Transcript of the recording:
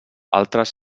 altres